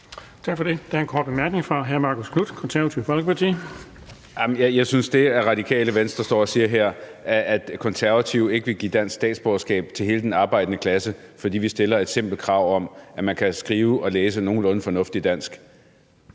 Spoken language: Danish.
Tak for det. Der er en kort bemærkning fra hr. Marcus Knuth, Konservative Folkeparti. Kl. 14:53 Marcus Knuth (KF): Jeg synes, at det, Radikale Venstre står og siger her, er langt ude, altså at Konservative ikke vil give dansk statsborgerskab til hele den arbejdende klasse, fordi vi stiller et simpelt krav om, at man kan skrive og læse et nogenlunde fornuftigt dansk.